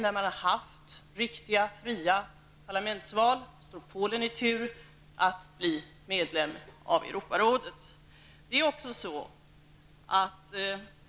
Man har där haft riktiga fria parlamentsval.